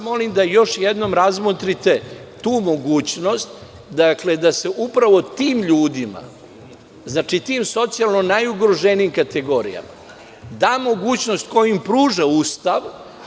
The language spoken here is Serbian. Molim vas da još jednom razmotrite tu mogućnost, da se upravo tim ljudima, tim socijalno najugroženijim kategorijama da mogućnost koju im pruža Ustav.